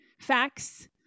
facts